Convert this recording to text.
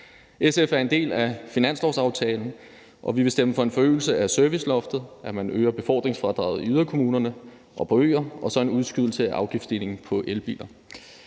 SF er en del af finanslovsaftalen, og vi vil stemme for en forøgelse af serviceloftet, en forøgelse af befordringsfradraget i yderkommunerne og på øer og så en udskydelse af afgiftsstigningen på elbiler.